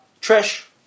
Trish